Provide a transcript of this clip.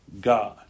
God